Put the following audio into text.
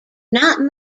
not